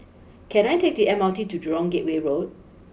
can I take the M R T to Jurong Gateway Road